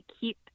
keep